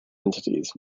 entities